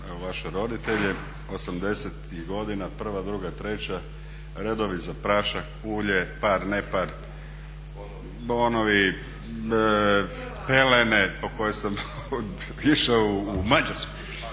vaše roditelje. '80.-ih godina, prva, druga, treća, redovi za prašak, ulje, par-nepar, bonovi, pelene po koje sam išao u Mađarsku,